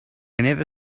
never